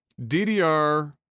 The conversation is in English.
DDR